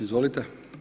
Izvolite.